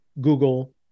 Google